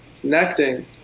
connecting